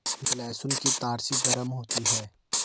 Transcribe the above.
लहसुन की तासीर गर्म होती है